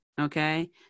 okay